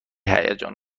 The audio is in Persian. هیجان